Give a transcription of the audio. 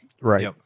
Right